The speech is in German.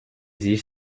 sich